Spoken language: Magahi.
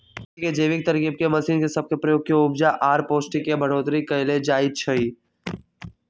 खेती के जैविक तरकिब में मशीन सब के प्रयोग से उपजा आऽ पौष्टिक में बढ़ोतरी कएल जाइ छइ